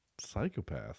psychopath